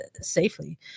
safely